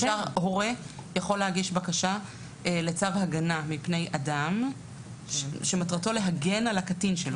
הורה יכול להגיש בקשה לצו הגנה מפני אדם שמטרתו להגן על הקטין.